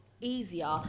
easier